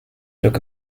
took